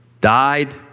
died